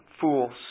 fools